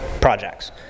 projects